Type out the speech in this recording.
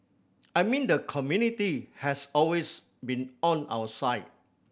I mean the community has always been on our side